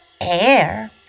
air